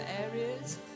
areas